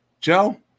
joe